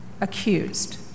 accused